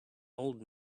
old